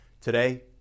Today